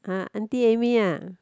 ah auntie Amy uh